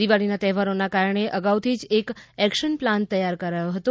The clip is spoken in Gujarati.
દિવાળીના તહેવારોના કારણે અગાઉથી જ એક એકશન પ્લાન તૈયાર કરાયો હતો